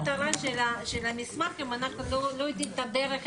אבל מה המטרה של המסמך אם אנחנו לא יודעים את הדרך,